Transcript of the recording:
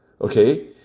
Okay